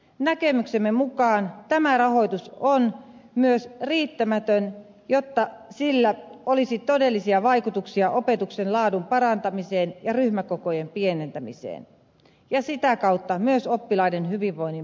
näkemyksemme mukaan tämä rahoitus on myös riittämätön jotta sillä olisi todellisia vaikutuksia opetuksen laadun parantamiseen ja ryhmäkokojen pienentämiseen ja sitä kautta myös oppilaiden hyvinvoinnin parantamiseen